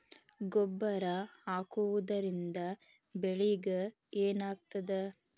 ಗೊಬ್ಬರ ಹಾಕುವುದರಿಂದ ಬೆಳಿಗ ಏನಾಗ್ತದ?